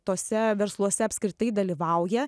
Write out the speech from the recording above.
tose versluose apskritai dalyvauja